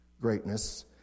greatness